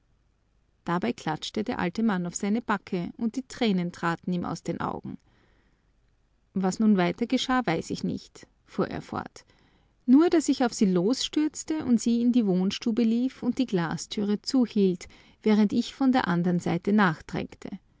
dabei klatschte der alte mann auf seine backe und die tränen traten ihm aus den augen was nun weiter geschah weiß ich nicht fuhr er fort nur daß ich auf sie losstürzte und sie in die wohnstube lief und die glastüre zuhielt während ich von der andern seite